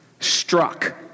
struck